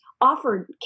offered